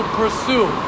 pursue